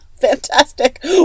Fantastic